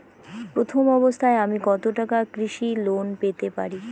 প্রথম অবস্থায় আমি কত টাকা কৃষি লোন পেতে পারি?